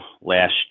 last